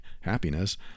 happiness